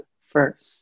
first